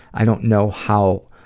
i don't know how,